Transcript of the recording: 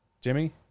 Jimmy